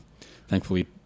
Thankfully